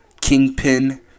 Kingpin